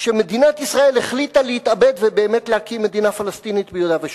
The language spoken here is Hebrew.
שמדינת ישראל החליטה להתאבד ובאמת להקים מדינה פלסטינית ביהודה ושומרון,